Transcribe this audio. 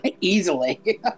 Easily